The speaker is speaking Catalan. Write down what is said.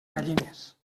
gallines